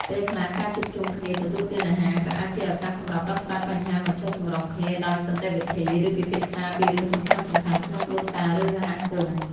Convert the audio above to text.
ពេលខ្លះ ការជួបជុំគ្នាទទួលទានអាហារ ក៏អាចជាឱកាសសម្រាប់ដោះស្រាយបញ្ហាមិនចុះសម្រុងគ្នាដោយសន្តិវិធី ឬពិភាក្សាពីរឿងសំខាន់ៗក្នុងគ្រួសារ ឬសហគមន៍។